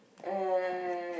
uh